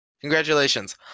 Congratulations